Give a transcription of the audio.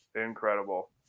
incredible